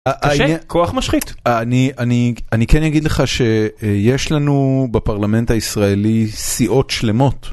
אה אה קשה, כוח משחית. אני אני אני כן אגיד לך שיש לנו בפרלמנט הישראלי סיעות שלמות.